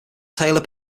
taylor